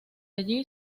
allí